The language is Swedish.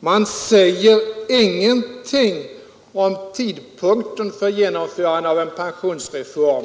Man säger ingenting om tidpunkten för genomförande av en pensionsreform.